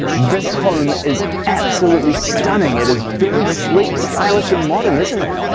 this home is absolutely stunning. it is very sleek. stylish and modern, isn't it?